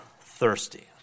thirsty